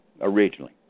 originally